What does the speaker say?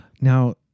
Now